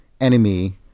enemy